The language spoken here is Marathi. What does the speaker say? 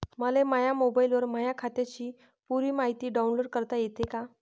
मले माह्या मोबाईलवर माह्या खात्याची पुरी मायती डाऊनलोड करता येते का?